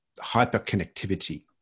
hyperconnectivity